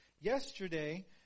yesterday